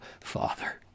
Father